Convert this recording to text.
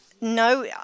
No